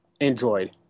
Android